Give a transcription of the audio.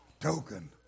token